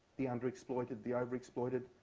the underexploited, the overexploited.